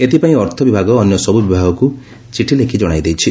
ଏଥପାଇଁ ଅର୍ଥ ବିଭାଗ ଅନ୍ୟସବୁ ବିଭାଗକୁ ଚିଠି ଲେଖି ଜଶାଇ ଦେଇଛି